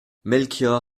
melchior